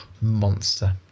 Monster